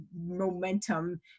momentum